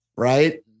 Right